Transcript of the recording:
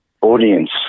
audience